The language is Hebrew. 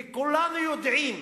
וכולנו יודעים